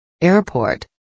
Airport